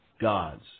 gods